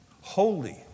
holy